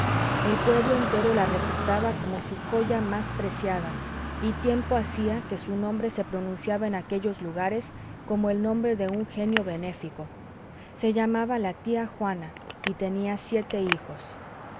el pueblo entero la reputaba como su joya más preciada y tiempo hacía que su nombre se pronunciaba en aquellos lugares como el nombre de un genio benéfico se llamaba la tía juana y tenía siete hijos